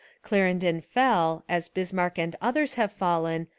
clarendon fell, as bismarck and others have fallen,